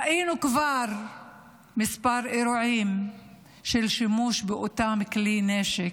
ראינו כבר כמה אירועים של שימוש באותם כלי נשק,